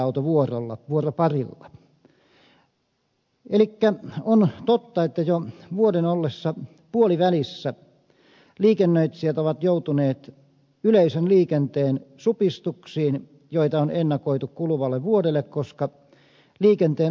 elikkä on totta että jo vuoden ollessa puolivälissä liikennöitsijät ovat joutuneet yleisen liikenteen supistuksiin joita on ennakoitu kuluvalle vuodelle koska liikenteen ostomäärärahat eivät riitä